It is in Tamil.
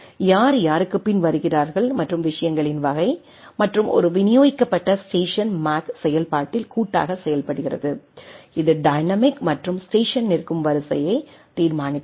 யார் யாருக்குப் பின் வருகிறார்கள் மற்றும் விஷயங்களின் வகை மற்றும் ஒரு விநியோகிக்கப்பட்ட ஸ்டேஷன் மேக் செயல்பாட்டில் கூட்டாக செயல்படுகிறது இது டைனமிக் மற்றும் ஸ்டேஷன் நிற்கும் வரிசையை தீர்மானிக்கிறது